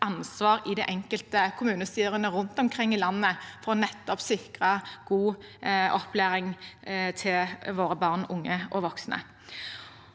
bevisst i de enkelte kommunestyrene rundt omkring i landet for nettopp å sikre god opplæring til våre barn, unge og voksne.